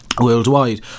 worldwide